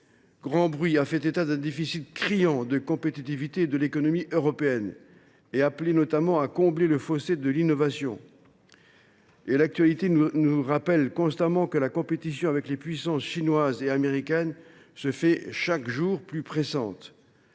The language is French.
grand bruit d’un déficit criant de compétitivité de l’économie européenne, nous appelant notamment à combler le fossé de l’innovation. L’actualité nous rappelle constamment que la compétition avec les puissances chinoise et américaine se fait chaque jour plus pressante.